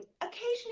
occasionally